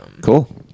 Cool